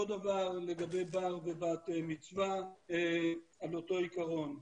אותו דבר לגבי בר ובת מצווה על אותו עיקרון.